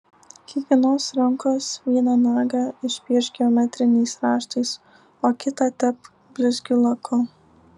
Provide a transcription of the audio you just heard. kiekvienos rankos vieną nagą išpiešk geometriniais raštais o kitą tepk blizgiu laku